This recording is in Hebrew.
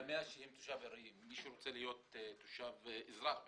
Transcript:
מה-100 שהם תושב ארעי, מי שרוצה להיות אזרח בעצם,